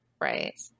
Right